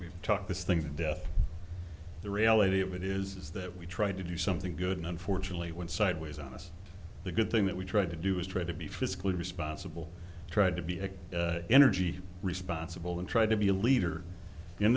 mike talk this thing to death the reality of it is that we tried to do something good and unfortunately went sideways on us the good thing that we tried to do is try to be fiscally responsible tried to be a energy responsible and try to be a leader in